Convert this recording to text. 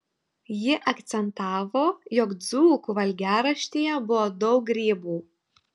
ji akcentavo jog dzūkų valgiaraštyje buvo daug grybų